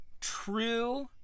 true